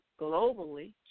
globally